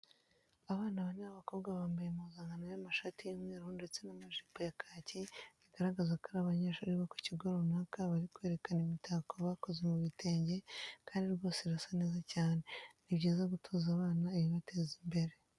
Abana bane b'abakobwa bambaye impuzankano y'amashati y'umweru ndetse n'amajipo ya kaki bigaragaza ko ari abanyeshuri bo ku kigo runaka bari kwerekana imitako bakoze mu bitenge kandi rwose irasa neza cyane. Ni byiza gutoza abana ibibateza imbere.